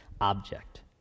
object